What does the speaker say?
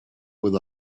with